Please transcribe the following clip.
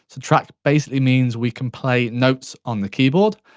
so track basically means we can play notes on the keyboard,